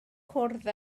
cwrdd